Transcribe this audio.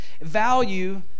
Value